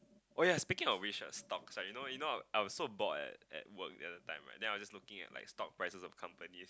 oh ya speaking of which uh stocks right you know you know I was so bored at at work the other time right then I was looking at like stock prices of companies